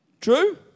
True